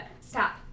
stop